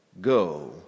go